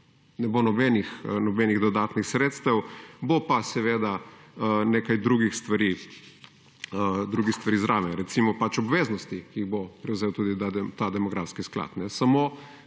ne bo nobenih dodatnih sredstev, bo pa seveda nekaj drugih stvari zraven, recimo obveznosti, ki jih bo prevzel tudi ta demografski sklad.